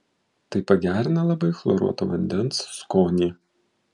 tai pagerina labai chloruoto vandens skonį